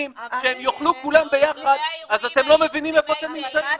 שהם יאכלו כולם ביחד אז אתם לא מבינים איפה אתם נמצאים.